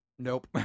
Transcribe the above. Nope